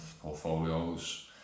portfolios